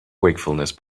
wakefulness